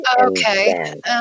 Okay